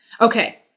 Okay